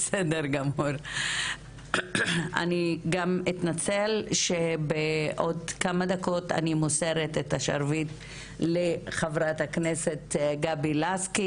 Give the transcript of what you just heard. אני גם אתנצל שבעוד כמה דקות אני מוסרת את השרוול לחברת הכנסת גבי לסקי.